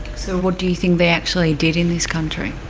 so what do you think they actually did in this country?